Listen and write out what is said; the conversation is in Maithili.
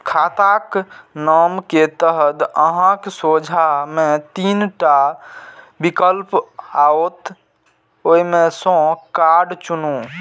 खाताक नाम के तहत अहांक सोझां मे तीन टा विकल्प आओत, ओइ मे सं कार्ड चुनू